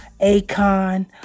Akon